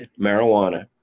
marijuana